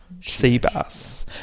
Seabass